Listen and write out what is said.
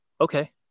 okay